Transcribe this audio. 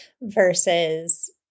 versus